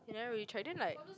they never really check then like